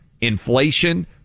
inflation